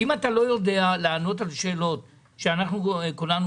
אם אתה לא יודע לענות על שאלות שאנחנו כולנו